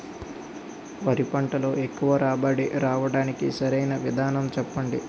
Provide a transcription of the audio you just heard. వరి పంటలో ఎక్కువ రాబడి రావటానికి సరైన విధానం చెప్పండి?